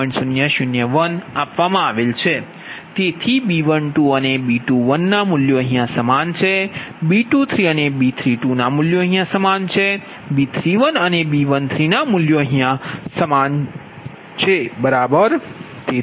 તેથીB12B21 તેઓ સમાન છેB23B32 તેઓ સમાન હશે અને B31અનેB13 તેઓ સમાન હશે બરાબર